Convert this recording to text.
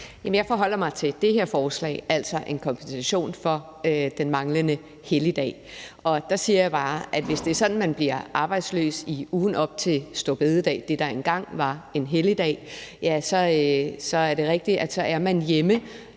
Jeg forholder mig til det her forslag, altså en kompensation for den manglende helligdag. Der siger jeg bare, at hvis det er sådan, at man bliver arbejdsløs i ugen op til store bededag, altså det, der engang var en helligdag, så er det rigtigt: Så er man hjemme,